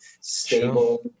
stable